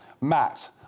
Matt